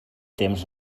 temps